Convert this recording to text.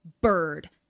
bird